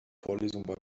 vorlesungen